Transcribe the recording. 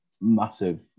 massive